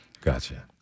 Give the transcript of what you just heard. Gotcha